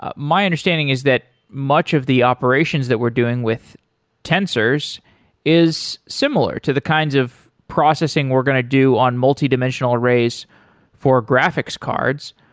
ah my understanding is that much of the operations that we're doing with tensors is similar to the kinds of processing we're going to do on multidimensional arrays for graphics cards.